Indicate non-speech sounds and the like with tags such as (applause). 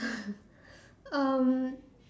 (laughs) um